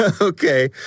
Okay